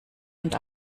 und